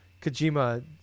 Kojima